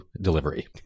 delivery